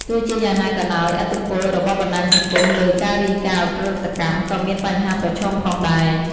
ទោះជាយ៉ាងណាក៏ដោយ ឥទ្ធិពល របស់ បណ្ដាញសង្គម លើ ការរាយការណ៍ឧក្រិដ្ឋកម្ម ក៏មាន បញ្ហាប្រឈម ផងដែរ។